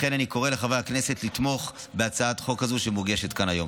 לכן אני קורא לחברי הכנסת לתמוך בהצעת החוק הזאת שמוגשת כאן היום.